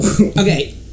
okay